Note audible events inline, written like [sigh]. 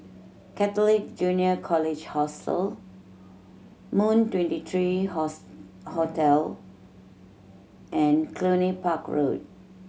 Catholic Junior College Hostel Moon Twenty three [unintelligible] Hotel and Cluny Park Road